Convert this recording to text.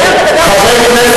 חבר הכנסת טיבי,